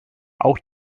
auch